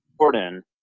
Jordan